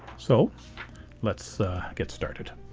so let's get started.